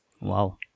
wow